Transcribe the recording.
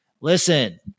Listen